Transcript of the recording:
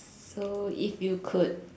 so if you could